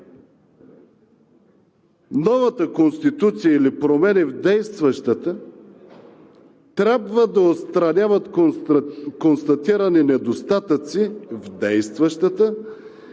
Новата Конституция или промени в действащата трябва да отстраняват констатирани недостатъци в действащата